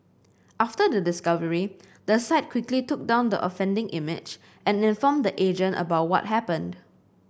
after the discovery the site quickly took down the offending image and informed the agent about what happened